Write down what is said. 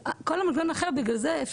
כל המנגנון אחר בגלל זה,